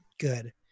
good